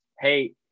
hey